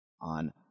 on